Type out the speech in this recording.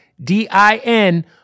D-I-N